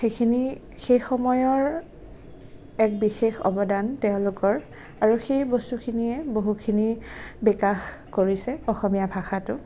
সেইখিনি সেইসময়ৰ এক বিশেষ অৱদান তেওঁলোকৰ আৰু সেই বস্তুখিনিয়ে বহুখিনি বিকাশ কৰিছে অসমীয়া ভাষাটো